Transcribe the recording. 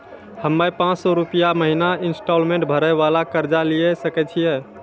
हम्मय पांच सौ रुपिया महीना इंस्टॉलमेंट भरे वाला कर्जा लिये सकय छियै?